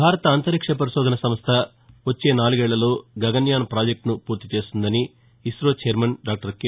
భారత అంతరిక్ష పరిశోధన సంస్ల వచ్చే నాలుగేళ్ళలో గగన్యాన్ ప్రాజెక్టును పూర్తి చేస్తుందని ఇసో చైర్మన్ డాక్టర్ కె